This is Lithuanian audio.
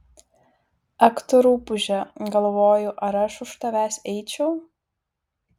ak tu rupūže galvoju ar aš už tavęs eičiau